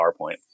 PowerPoint